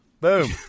Boom